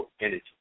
energy